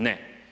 Ne.